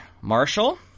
Marshall